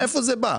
מאיפה זה בא?